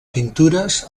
pintures